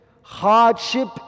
hardship